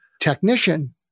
technician